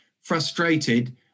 frustrated